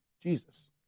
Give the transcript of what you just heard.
Jesus